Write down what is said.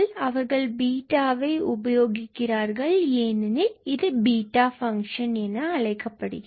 அவர்கள் 𝛽 வை உபயோகிக்கிறார்கள் ஏனெனில் இது பீட்டா ஃபங்க்ஷன் என அழைக்கப் படுகிறது